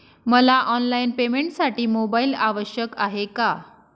मला ऑनलाईन पेमेंटसाठी मोबाईल आवश्यक आहे का?